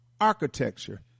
architecture